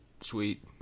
sweet